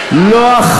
זה לא נכון.